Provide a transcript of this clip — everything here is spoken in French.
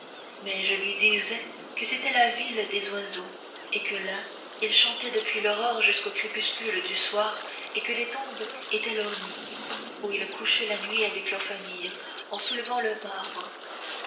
mais je lui disais que c'était la ville des oiseaux que là ils chantaient depuis l'aurore jusqu'au crépuscule du soir et que les tombes étaient leurs nids où ils couchaient la nuit avec leur famille en soulevant le marbre